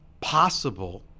Possible